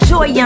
Joy